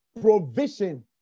provision